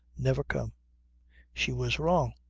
never come she was wrong.